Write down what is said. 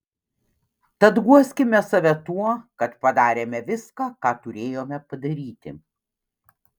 tad guoskime save tuo kad padarėme viską ką turėjome padaryti